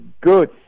good